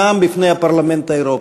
נאם בפני הפרלמנט האירופי,